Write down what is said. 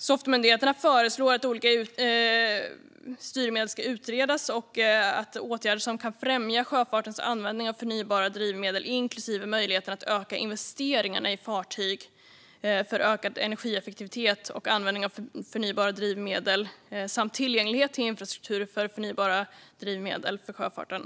SOFT-myndigheterna föreslår att olika styrmedel ska utredas och att åtgärder vidtas som kan främja sjöfartens användning av förnybara drivmedel inklusive möjligheten att öka investeringarna i fartyg för ökad energieffektivitet och användningen av förnybara drivmedel samt tillgänglighet till infrastruktur för förnybara drivmedel för sjöfarten.